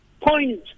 point